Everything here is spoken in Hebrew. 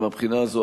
ומהבחינה הזאת,